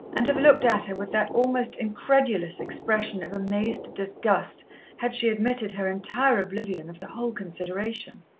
and have looked at her with that almost incredulous expression of amazed disgust had she admitted her entire oblivion of the whole consideration.